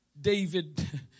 David